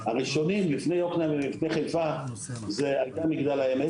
הראשונים לפני יוקנעם וחיפה זה מגדל העמק.